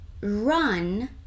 run